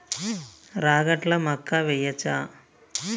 రాగట్ల మక్కా వెయ్యచ్చా?